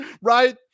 Right